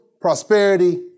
prosperity